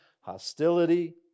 hostility